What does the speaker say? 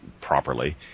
properly